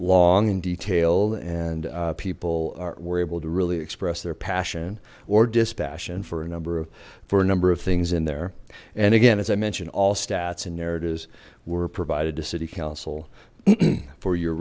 long and detailed and people were able to really express their passion or dis passion for a number of for a number of things in there and again as i mentioned all stats and narratives were provided to city council for your